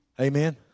Amen